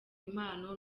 impano